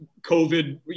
COVID